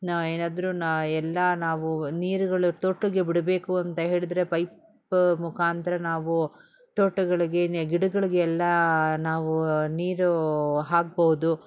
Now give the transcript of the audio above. ನಾ ಏನಾದರು ನಾ ಎಲ್ಲ ನಾವು ನೀರ್ಗಳು ತೋಟಕ್ಕೆ ಬಿಡಬೇಕು ಅಂತ ಹೇಳಿದ್ರೆ ಪೈಪ್ ಮುಖಾಂತ್ರ ನಾವು ತೋಟಗಳಿಗೆ ಗಿಡಗಳಗೆಲ್ಲಾ ನಾವು ನೀರು ಹಾಕ್ಬೌದು